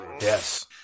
Yes